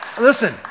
listen